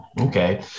Okay